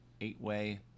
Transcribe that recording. eight-way